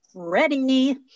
ready